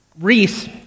Reese